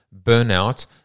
burnout